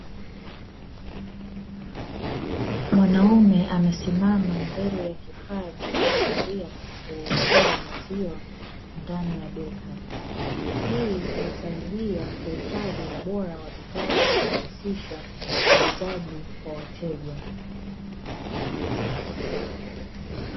Mwanaume amesimama mbele ya kifaa cha kuhifadhia na kuuzia maziwa ndani ya duka hii husaidia kuhifadhi ubora wa bidhaa na kurahisisha uuzaji kwa wateja.